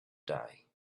die